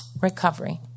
Recovery